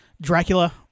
Dracula